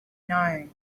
known